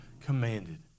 commanded